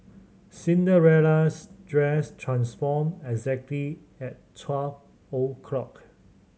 Cinderella's dress transformed exactly at twelve o' clock